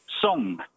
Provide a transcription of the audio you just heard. song